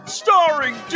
starring